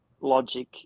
logic